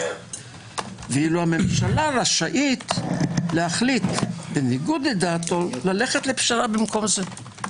ואילו הממשלה רשאית להחליט בניגוד לדעתו ללכת לפשרה במקום זה.